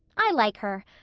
i like her.